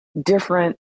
different